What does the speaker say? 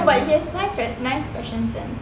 but he has nice fashion sense